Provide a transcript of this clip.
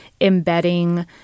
embedding